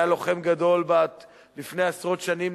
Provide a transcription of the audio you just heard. היה לוחם גדול לפני עשרות שנים,